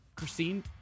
Christine